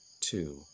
two